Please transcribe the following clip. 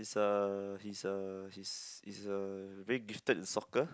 he's uh he's uh he's is uh very gifted in soccer